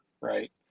right